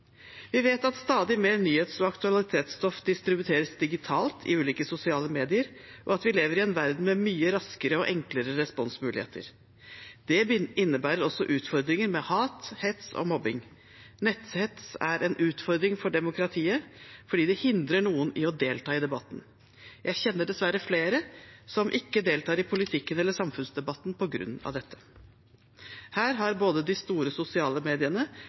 Vi vet at stadig mer nyhets- og aktualitetsstoff distribueres digitalt i ulike sosiale medier, og at vi lever i en verden med mye raskere og enklere responsmuligheter. Det innebærer også utfordringer med hat, hets og mobbing. Netthets er en utfordring for demokratiet, fordi det hindrer noen i å delta i debatten. Jeg kjenner dessverre flere som ikke deltar i politikken eller samfunnsdebatten på grunn av dette. Her har både de store sosiale mediene